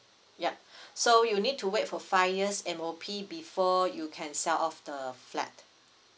yup so you need to wait for five years M_O_P before you can sell off the flat